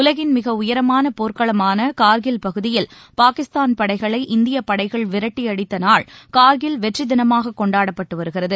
உலகின் மிக உயரமான போர்க்களமான கார்கில் பகுதியில் பாகிஸ்தான் படைகளை இந்தியப் படைகள் விரட்டி அடித்த நாள் கார்கில் வெற்றி தினமாக கொண்டாடப்பட்டு வருகிறது